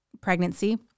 pregnancy